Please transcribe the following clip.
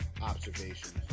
observations